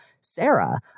Sarah